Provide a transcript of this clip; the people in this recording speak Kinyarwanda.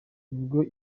nibwo